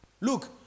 Look